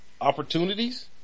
opportunities